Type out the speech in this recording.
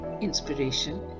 inspiration